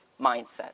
mindset